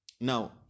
Now